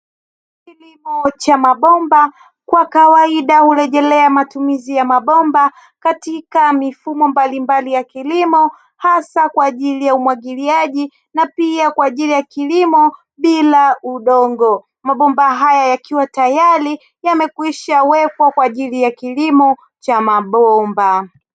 Kilimo cha mabomba, kwa kawaida hurejelea matumizi ya mabomba katika mifumo mbalimbali ya kilimo hasa kwa ajili ya umwagiliaji, na pia kwa ajili ya kilimo bila udongo. Mabomba haya yakiwa tayari yamekwishawekwa kwa ajili ya kilimo cha mabomba.